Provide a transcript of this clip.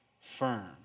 firm